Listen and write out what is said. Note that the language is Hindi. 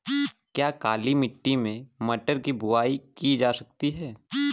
क्या काली मिट्टी में मटर की बुआई की जा सकती है?